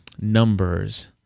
numbers